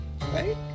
Right